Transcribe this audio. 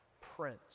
Prince